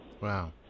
Wow